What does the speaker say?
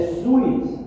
sweet